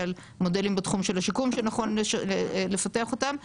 על מודלים בתחום של השיקום שנכון לפתח אותם,